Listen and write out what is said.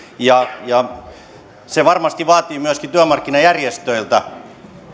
ja se varmasti vaatii myöskin työmarkkinajärjestöiltä